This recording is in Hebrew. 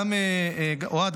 אוהד,